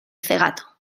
cegato